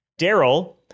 Daryl